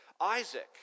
Isaac